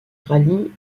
rallie